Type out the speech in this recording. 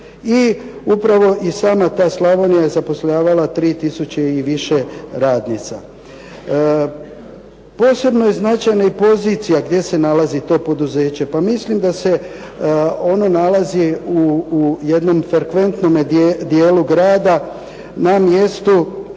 i upravo i sama ta Slavonija je zapošljavala 3 tisuće i više radnica. Posebno je značajna i pozicija gdje se nalazi to poduzeće. Pa mislim da se ono nalazi u jednom frekventnome dijelu grada na mjestu